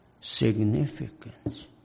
significance